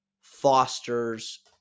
fosters